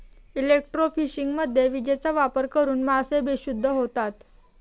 इलेक्ट्रोफिशिंगमध्ये विजेचा वापर करून मासे बेशुद्ध होतात